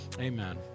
amen